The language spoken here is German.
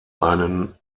einen